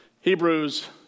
Hebrews